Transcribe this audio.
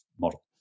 model